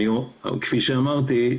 כפי שאמרתי,